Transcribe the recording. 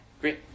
great